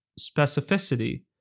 specificity